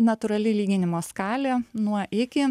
natūrali lyginimo skalė nuo iki